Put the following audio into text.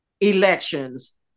elections